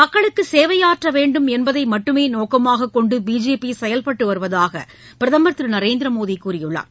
மக்களுக்கு சேவையாற்ற வேண்டும் என்பதை மட்டுமே நோக்கமாக கொண்டு பிஜேபி செயல்பட்டு வருவதாக பிரதமர் திரு நரேந்திர மோடி கூறியுள்ளார்